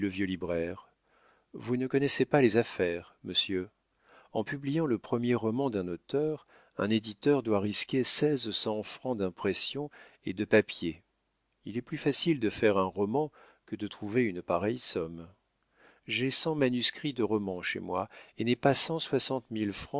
libraire vous ne connaissez pas les affaires monsieur en publiant le premier roman d'un auteur un éditeur doit risquer seize cents francs d'impression et de papier il est plus facile de faire un roman que de trouver une pareille somme j'ai cent manuscrits de romans chez moi et n'ai pas